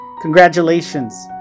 Congratulations